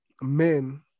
men